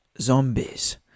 zombies